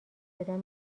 بدان